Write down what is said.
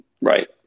Right